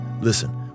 Listen